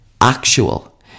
actual